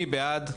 מי בעד?